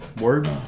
Word